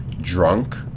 Drunk